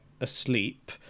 asleep